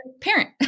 parent